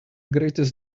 greatest